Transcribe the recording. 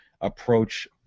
approach